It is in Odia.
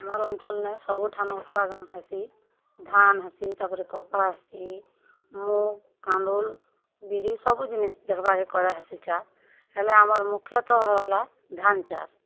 ମୋର୍ ଅଞ୍ଚଲ୍ ନେ ସବୁଠାନୁ ଉତ୍ପାଦନ ହେସି ଧାନ୍ ହେସି ତା'ପରେ କପା ହେସି ମୁଗ୍ କାନ୍ଦୁଲ୍ ବିରି ସବୁ ଜିନିଷ୍ ଦେଖ୍ବାର୍ କେ କରା ହେସି ଚାଷ୍ ହେଲେ ଆମର୍ ମୁଖ୍ୟତଃ ହେଲା ଧାନ୍ ଚାଷ୍